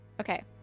Okay